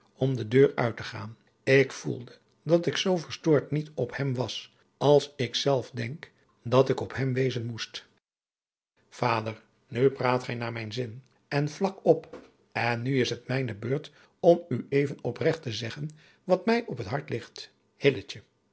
om de deur uit te gaan ik voelde dat ik zoo verstoord niet op hem was als ik zelf denk dat ik op hem wezen moest vader nu praat gij naar mijn zin en vlak op en nu is het mijne beurt om u even opregt te zeggen wat mij op het hart ligt